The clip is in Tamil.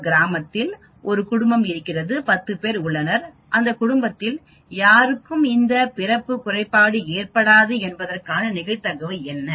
ஒரு கிராமத்தில் ஒரு குடும்பம் இருக்கிறது10 பேர் உள்ளனர் அந்த குடும்பத்தில் யாருக்கும் இந்த பிறப்பு குறைபாடு ஏற்படாது என்பதற்கான நிகழ்தகவு என்ன